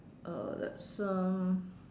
uh that's um